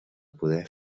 poder